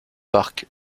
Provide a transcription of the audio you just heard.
park